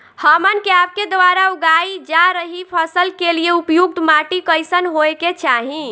हमन के आपके द्वारा उगाई जा रही फसल के लिए उपयुक्त माटी कईसन होय के चाहीं?